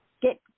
get